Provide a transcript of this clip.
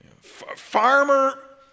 Farmer